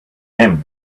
him